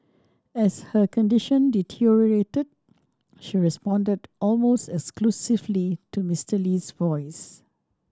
as her condition deteriorated she responded almost exclusively to Mister Lee's voice